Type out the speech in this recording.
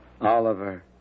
Oliver